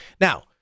Now